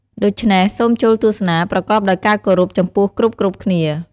ដូច្នេះសូមចូលទស្សនាប្រកបដោយការគោរពចំពោះគ្រប់ៗគ្នា។